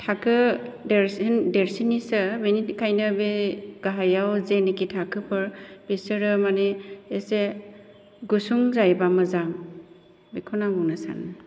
थाखो देरसिन देरसिननिसो बेनिखायनो बे गाहायाव जेनिखि थाखोफोर बेसोरो माने एसे गुसुं जायोबा मोजां बेखौनो आं बुंनो सानो